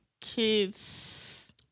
kids